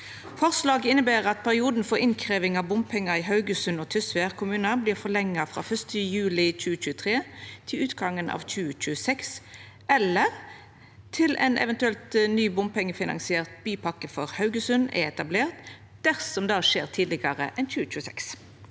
Forslaget inneber at perioden for innkrevjing av bompengar i Haugesund og Tysvær kommunar vert forlengd frå 1. juli 2023 til utgangen av 2026 eller til ein eventuelt ny bompengefinansiert bypakke for Haugesund er etablert, dersom det skjer tidlegare enn 2026.